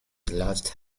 lost